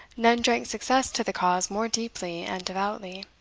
none drank success to the cause more deeply and devoutly.